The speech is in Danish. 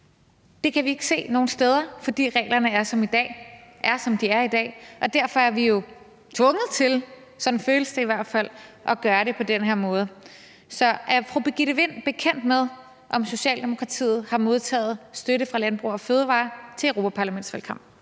Det kan vi ikke se nogen steder, fordi reglerne er, som de er i dag. Derfor er vi jo tvunget til – sådan føles det i hvert fald – at gøre det på den her måde. Så er fru Birgitte Vind bekendt med, om Socialdemokratiet har modtaget støtte fra Landbrug & Fødevarer til europaparlamentsvalgkampen?